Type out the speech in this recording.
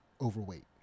overweight